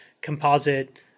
composite